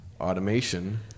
automation